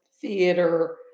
theater